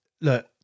look